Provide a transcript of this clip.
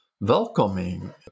welcoming